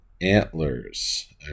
antlers